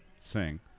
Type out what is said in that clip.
sing